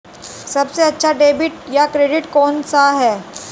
सबसे अच्छा डेबिट या क्रेडिट कार्ड कौन सा है?